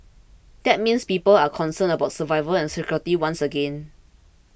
that means people are concerned about survival and security once again